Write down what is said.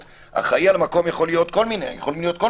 האחראי על המקום יכול להיות כל מיני אנשים.